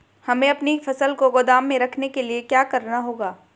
हमें अपनी फसल को गोदाम में रखने के लिये क्या करना होगा?